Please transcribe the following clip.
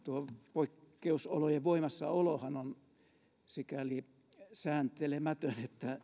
poikkeusolojen voimassaolohan on sikäli sääntelemätön